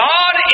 God